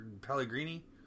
Pellegrini